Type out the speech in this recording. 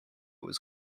was